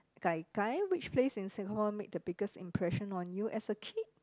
Gai Gai which place in Singapore make the biggest impression on you as a kid